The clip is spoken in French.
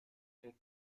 est